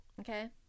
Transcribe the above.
Okay